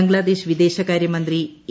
ബംഗ്സാദേശ് വിദേശകാര്യമന്ത്രി എ